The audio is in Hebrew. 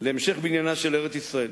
להמשך בניינה של ארץ-ישראל.